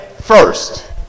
first